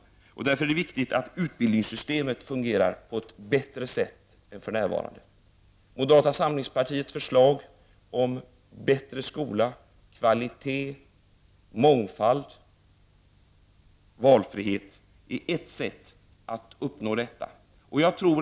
Det är därför viktigt att utbildningssystemet fungerar på ett bättre sätt än för närvarande. Moderata samlingspartiets förslag om en bättre skola med kvalitet, mångfald och valfrihet är ett sätt att uppnå detta.